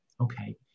Okay